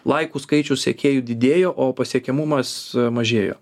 laikų skaičius sekėjų didėjo o pasiekiamumas mažėjo